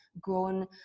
grown